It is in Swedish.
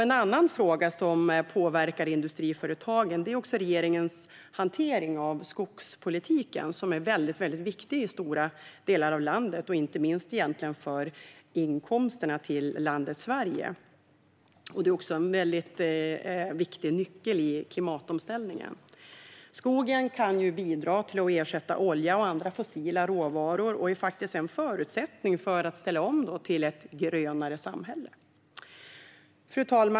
En annan fråga som påverkar industriföretagen är regeringens hantering av skogspolitiken, som är mycket viktig i stora delar av landet och inte minst för inkomsterna till landet Sverige. Den är också en mycket viktig nyckel i klimatomställningen. Skogen kan bidra till att ersätta olja och andra fossila råvaror och är faktiskt en förutsättning för att ställa om till ett grönare samhälle.